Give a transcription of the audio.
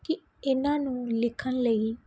ਕਿ ਇਹਨਾਂ ਨੂੰ ਲਿਖਣ ਲਈ